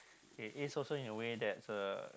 it is also in a way that's uh